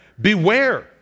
beware